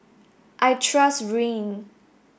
I trust Rene